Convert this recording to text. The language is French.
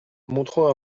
montrant